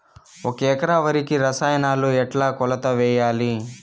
ఒక ఎకరా వరికి రసాయనాలు ఎట్లా కొలత వేయాలి?